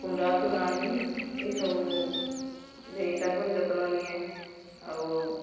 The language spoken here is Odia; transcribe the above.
କୁଣ୍ଡା ତୋରାଣୀ ଏଇସବୁ ଦେଇ ତାଙ୍କର ଯତ୍ନ ନିଏ ଆଉ